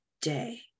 day